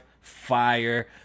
fire